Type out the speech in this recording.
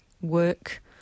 work